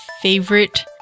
favorite